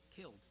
killed